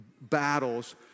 battles